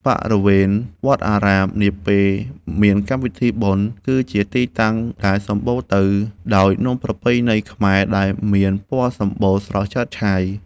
បរិវេណវត្តអារាមនាពេលមានពិធីបុណ្យ គឺជាទីតាំងដែលសម្បូរទៅដោយនំប្រពៃណីខ្មែរដែលមានពណ៌សម្បុរស្រស់ឆើតឆាយ។